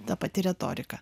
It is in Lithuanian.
ta pati retorika